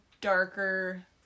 darker